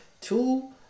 two